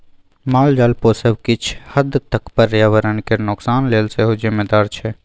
मालजाल पोसब किछ हद तक पर्यावरण केर नोकसान लेल सेहो जिम्मेदार छै